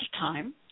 time